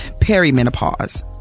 perimenopause